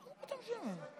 מה פתאום שמית?